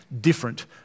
different